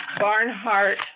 Barnhart